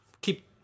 keep